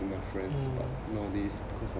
mm